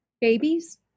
babies